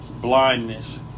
blindness